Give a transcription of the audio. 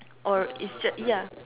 or it's just ya